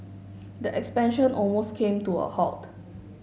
the expansion almost came to a halt